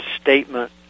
statement